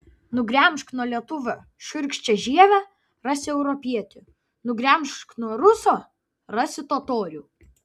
nugremžk nuo lietuvio šiurkščią žievę rasi europietį nugremžk nuo ruso rasi totorių